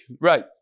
right